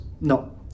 No